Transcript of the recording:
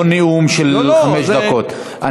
לא נאום של חמש דקות.